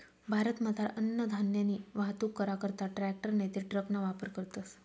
भारतमझार अन्नधान्यनी वाहतूक करा करता ट्रॅकटर नैते ट्रकना वापर करतस